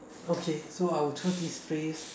okay so I will choose this phrase